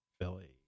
Philly